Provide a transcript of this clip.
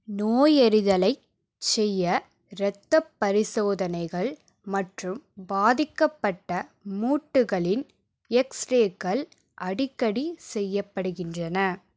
நோயறிதலைச் செய்ய இரத்தப்பரிசோதனைகள் மற்றும் பாதிக்கப்பட்ட மூட்டுகளின் எக்ஸ்ரேக்கள் அடிக்கடி செய்யப்படுகின்றன